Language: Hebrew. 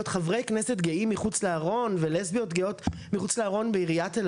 חברי כנסת גאים מחוץ לארון ולסביות גאות מחוץ לארון בעיריית תל